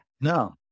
No